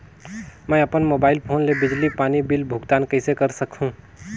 मैं अपन mobile phone ले बिजली पानी बिल भुगतान कइसे कर सकहुं?